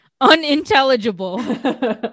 unintelligible